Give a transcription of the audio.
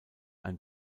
ein